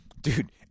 Dude